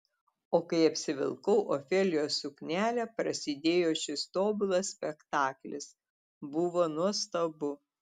o kai apsivilkau ofelijos suknelę prasidėjo šis tobulas spektaklis buvo nuostabu